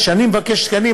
כשאני מבקש תקנים,